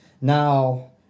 Now